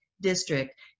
district